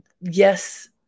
Yes